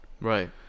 Right